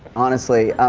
honestly.